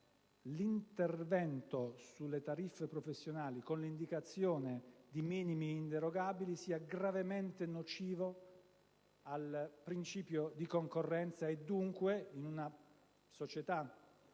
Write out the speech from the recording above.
l'intervento sulle tariffe professionali, con l'indicazione di minimi inderogabili, sia gravemente nocivo del principio di concorrenza e dunque - in una società